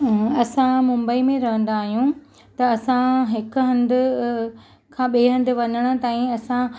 असां मुंबई में रहंदा आहियूं त असां हिकु हंधि खां ॿिए हंधि वञणु ताईं असां